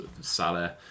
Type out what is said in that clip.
Salah